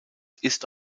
ist